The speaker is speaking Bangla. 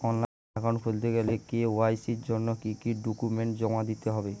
অনলাইন একাউন্ট খুলতে গেলে কে.ওয়াই.সি জন্য কি কি ডকুমেন্ট জমা দিতে হবে?